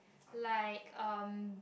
like um